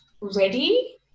ready